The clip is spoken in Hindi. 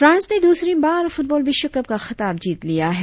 फ्रांस ने दूसरी बार फुटबॉल विश्व कप का खिताब जीत लिया है